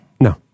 No